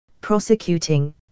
prosecuting